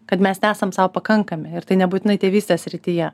kad mes nesam sau pakankami ir tai nebūtinai tėvystės srityje